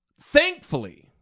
thankfully